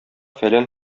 фәлән